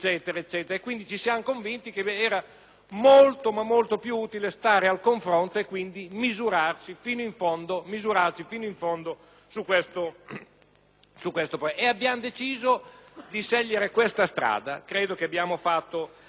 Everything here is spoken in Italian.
che era molto più utile stare al confronto e misurarsi fino in fondo su questo versante e abbiamo deciso di scegliere questa strada. Credo che abbiamo fatto una cosa giusta.